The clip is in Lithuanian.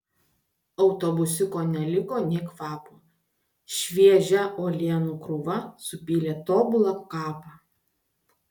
autobusiuko neliko nė kvapo šviežia uolienų krūva supylė tobulą kapą